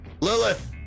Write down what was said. Lilith